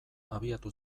abiatu